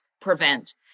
prevent